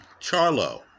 Charlo